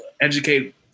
educate